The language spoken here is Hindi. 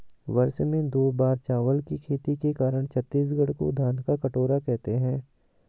वर्ष में दो बार चावल की खेती के कारण छत्तीसगढ़ को धान का कटोरा कहते हैं